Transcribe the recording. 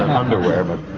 underwear. but.